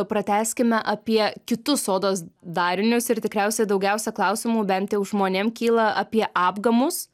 pratęskime apie kitus odos darinius ir tikriausiai daugiausia klausimų bent jau žmonėms kyla apie apgamus